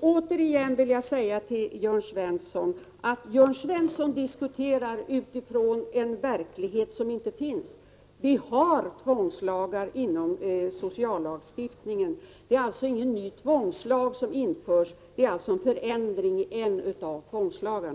Återigen vill jag säga till Jörn Svensson att Jörn Svensson diskuterar utifrån en verklighet som inte finns. Vi har tvångslagar inom sociallagstiftningen. Det är alltså ingen ny tvångslag som införs, utan det gäller förändringar i en av tvångslagarna.